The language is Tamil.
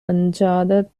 அஞ்சாத